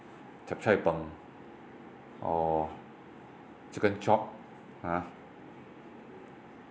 chap-chye-png or chicken chop